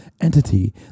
entity